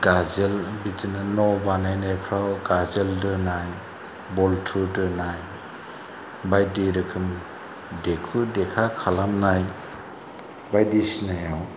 गाजोल बिदिनो न' बानायनायफ्राव गाजोल दोनाय बल्थु दोनाय बायदि रोखोम देखु देखा खालामनाय बायदिसिनायाव